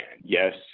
Yes